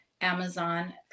Amazon